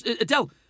Adele